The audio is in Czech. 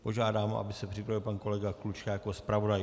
Požádám, aby se připravil pan kolega Klučka jako zpravodaj.